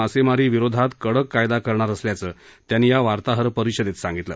मासेमारी विरोधात कडक कायदा करणार असल्याचं त्यांनी या वार्ताहर परिषदेत सांगितलं